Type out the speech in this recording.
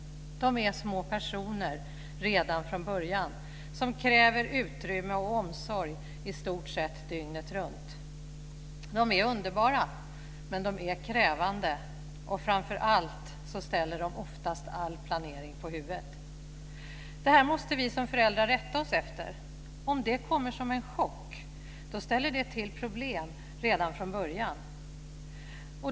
De är små personer redan från början som kräver utrymme och omsorg i stort sett dygnet runt. De är underbara, men de är krävande och framför allt ställer de oftast all planering på huvudet. Det måste vi som föräldrar rätta oss efter. Om det kommer som en chock ställer det till problem redan från början.